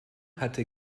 hatte